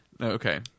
okay